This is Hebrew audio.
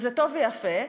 וזה טוב ויפה,